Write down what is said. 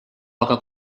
aga